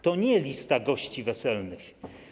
To nie lista gości weselnych.